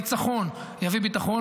הניצחון יביא ביטחון,